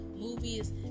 movies